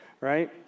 Right